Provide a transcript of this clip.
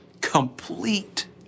complete